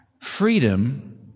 freedom